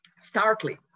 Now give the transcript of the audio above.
starkly